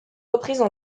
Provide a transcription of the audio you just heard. reprises